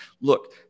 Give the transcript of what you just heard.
look